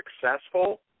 successful